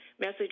message